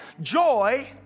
Joy